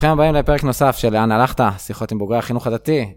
ברוכים הבאים לפרק נוסף של לאן הלכת, שיחות עם בוגרי החינוך הדתי.